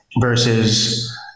versus